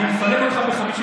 הוא אומר לך דברי טעם.